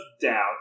doubt